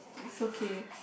it's okay